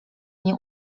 nie